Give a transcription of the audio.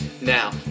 Now